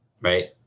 right